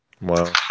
Wow